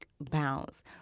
bounce